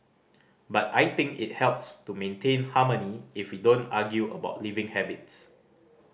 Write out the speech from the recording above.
but I think it helps to maintain harmony if we don't argue about living habits